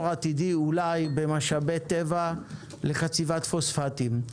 עתידי אולי במשאבי טבע לחציבת פוספטים.